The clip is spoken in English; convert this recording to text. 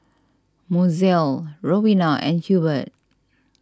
Mozelle Rowena and Hurbert